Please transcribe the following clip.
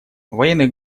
военных